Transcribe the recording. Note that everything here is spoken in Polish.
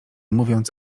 mówiąc